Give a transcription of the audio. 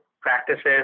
practices